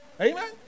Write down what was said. Amen